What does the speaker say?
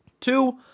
Two